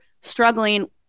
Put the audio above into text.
struggling